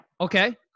Okay